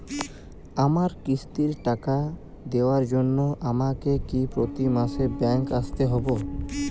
আমার কিস্তির টাকা দেওয়ার জন্য আমাকে কি প্রতি মাসে ব্যাংক আসতে হব?